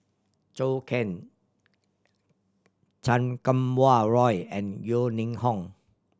Zhou Can Chan Kum Wah Roy and Yeo Ning Hong